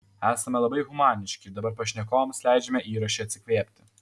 esame labai humaniški ir dabar pašnekovams leidžiame įraše atsikvėpti